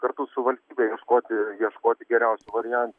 kartu su valstybe ieškoti ieškoti geriausių variantų